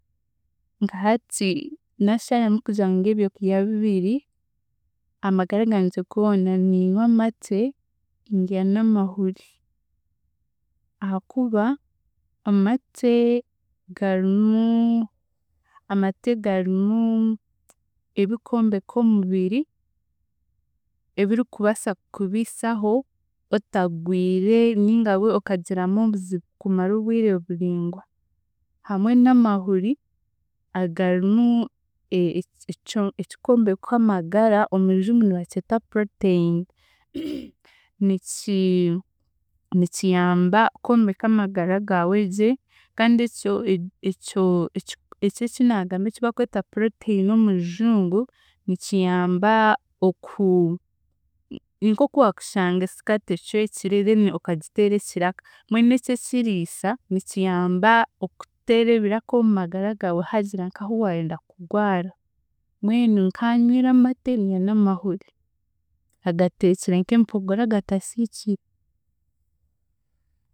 Nka hati naasharamu kugira ngundye ebyokurya bibiri, amagara gangye goona niinywa amate ndya n'amahuri ahaakuba amate garimu, amate garimu ebikwombeka omubiri ebirikubaasa kukubiisaho otagwire ninga okagiramu obuzibu kumara obwire buringwa hamwe n'amahuri agarimu eki- ekikwombeka amagara omu Rujungu nibakyeta protein. Niki nikiyamba kwombeka amagara gaawe gye kandi ekyo ekyo ekiku ekyekyinaagamba ekibakweta protein omu Rujungu nikiyamba oku nk'oku waakushanga skirt ecwekire then okagiteera ekiraka mbwenu eky'ekiriisa nikiyamba okuteera ebiraka omu magra gaawe haagira nk'ahu waayenda kugwara, mbwenu nkanywire amate ndya n'amahuri agateekire nk'empogora agatasiikire.